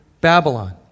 Babylon